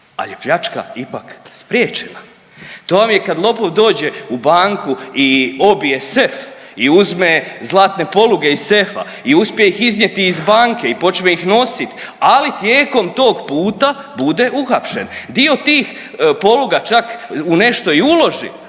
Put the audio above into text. je pljačka ipak spriječena. To vam je kad lopov dođe u banku i obije sef i uzme zlatne poluge iz sefa i uspije ih iznijeti iz banke i počne ih nositi, ali tijekom tog puta bude uhapšen. Dio tih poluga čak u nešto i uloži,